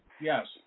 Yes